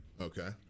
Okay